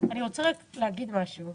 אני רוצה להגיד משהו.